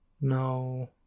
No